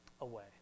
away